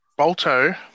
Bolto